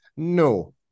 No